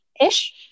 ish